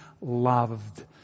loved